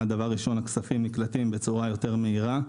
דבר ראשון, הכספים נקלטים בצורה יותר מהירה.